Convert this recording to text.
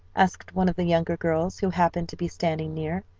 asked one of the younger girls, who happened to be standing near.